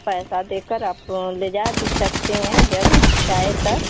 पैसा देकर आप ले जा भी सकते हैं जब चाहें तब